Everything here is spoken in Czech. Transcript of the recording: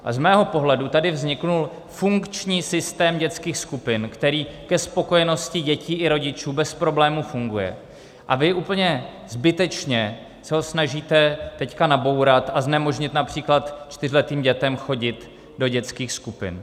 Z mého pohledu tady vznikl funkční systém dětských skupin, který ke spokojenosti dětí i rodičů bez problémů funguje, a vy úplně zbytečně se ho snažíte teď nabourat a znemožnit například čtyřletým dětem chodit do dětských skupin.